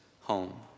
home